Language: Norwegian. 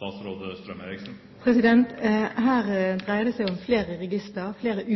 Her dreier det seg om flere